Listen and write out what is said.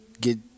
get